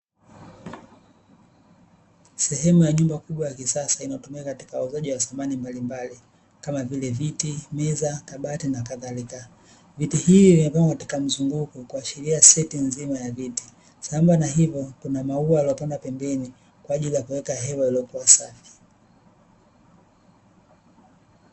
Sehemu ya nyumba kubwa ya kisasa inayotumika katika uuzaji wa samani mbalimbali, kama vile viti, meza, kabati, na kadhalika. Viti hivyo vimepangwa katika mzunguko ikiashiria seti nzima ya viti. Sambamba na hivyo, kuna maua yaliyopangwa pembeni kwa ajili ya kuweka hewa iliyokuwa safi.